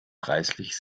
preislich